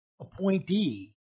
appointee